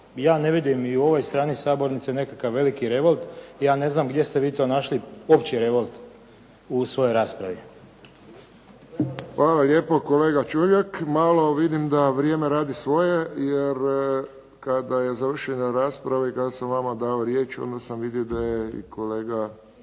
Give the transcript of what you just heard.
Ja ne vidim ni u ovoj strani sabornice nekakav veliki revolt, ja ne znam gdje ste vi to našli opći revolt u svojoj raspravi. **Friščić, Josip (HSS)** Hvala vam lijepo kolega Čuljak. Malo vidim da vrijeme radi svoje jer kada je završena rasprava i kada sam vama dao riječ, onda sam vidio da je i kolega